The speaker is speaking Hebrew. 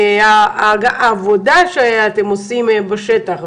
העבודה שאתם עושים בשטח.